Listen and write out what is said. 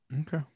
Okay